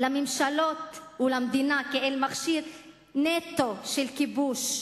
לממשלות ולמדינה כאל מכשיר נטו של כיבוש,